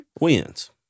Wins